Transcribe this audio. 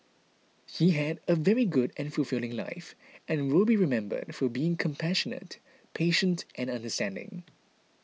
he had a very good and fulfilling life and will be remembered for being compassionate patient and understanding